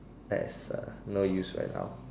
that's a no use right now